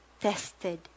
tested